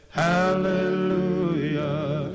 hallelujah